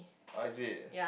oh is it